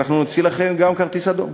אנחנו נוציא לכם גם כרטיס אדום.